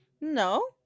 no